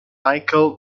michael